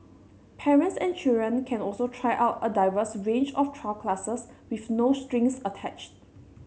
parents and children can also try out a diverse range of trial classes with no strings attached